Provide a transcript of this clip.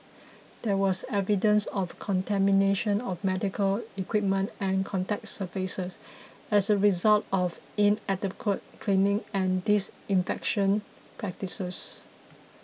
there was evidence of contamination of medical equipment and contact surfaces as a result of inadequate cleaning and disinfection practices